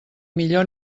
millor